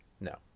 No